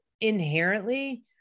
inherently